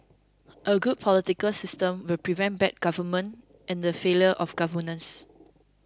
a good political system will prevent bad government and the failure of governance